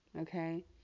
Okay